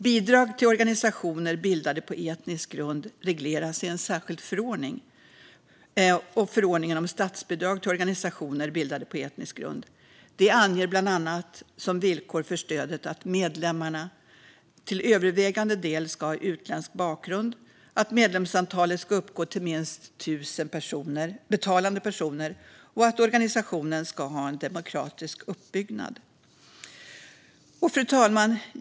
Bidrag till organisationer bildade på etnisk grund regleras i en särskild förordning, förordningen om statsbidrag till organisationer bildade på etnisk grund. Den anger bland annat som villkor för stödet att medlemmarna till övervägande del ska ha utländsk bakgrund, att medlemsantalet ska uppgå till minst l 000 betalande personer och att organisationen ska ha en demokratisk uppbyggnad. Fru talman!